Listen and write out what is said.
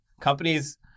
companies